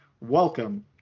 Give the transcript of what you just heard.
Welcome